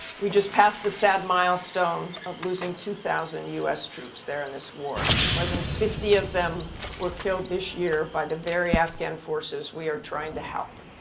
we just passed the sad milestone of losing two thousand u s. troops there in this war. more than fifty of them were killed this year by the very afghan forces we are trying to help.